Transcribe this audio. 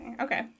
okay